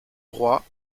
roi